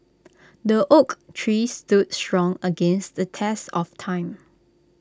the oak tree stood strong against the test of time